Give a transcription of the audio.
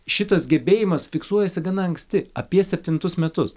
šitas gebėjimas fiksuojasi gana anksti apie septintus metus